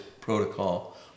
protocol